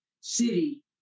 city